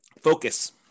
Focus